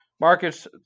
Marcus